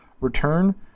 return